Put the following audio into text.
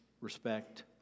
respect